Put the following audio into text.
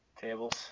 tables